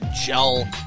gel